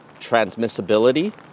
transmissibility